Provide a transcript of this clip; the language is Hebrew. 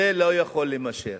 זה לא יכול להימשך,